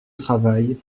travail